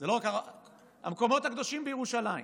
זה לא, זה המקומות הקדושים בירושלים.